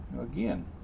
again